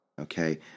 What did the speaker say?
okay